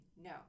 No